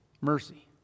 Mercy